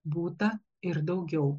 būta ir daugiau